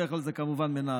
בדרך כלל זה כמובן מנהלות.